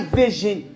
vision